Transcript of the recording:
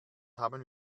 haben